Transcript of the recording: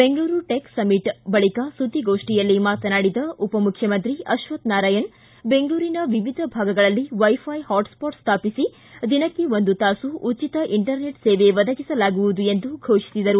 Bengaluru tech summit ಬಳಿಕ ಸುದ್ದಿಗೋಷ್ಠಿಯಲ್ಲಿ ಮಾತನಾಡಿದ ಉಪಮುಖ್ಯಮಂತ್ರಿ ಅಕ್ಷಥ್ ನಾರಾಯಣ್ ಬೆಂಗಳೂರಿನ ವಿವಿಧ ಭಾಗಗಳಲ್ಲಿ ವೈಫೈ ಹಾಟ್ ಸ್ಟಾಟ್ ಸ್ಥಾಪಿಸಿ ದಿನಕ್ಕೆ ಒಂದು ತಾಸು ಉಚಿತ ಇಂಟರ್ನೆಟ್ ಸೇವೆ ಒದಗಿಸಲಾಗುವುದು ಎಂದು ಘೋಷಿಸಿದರು